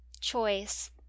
CHOICE